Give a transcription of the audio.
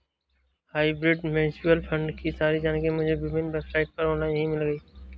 hybrid mutual fund की सारी जानकारी मुझे विभिन्न वेबसाइट पर ऑनलाइन ही मिल गयी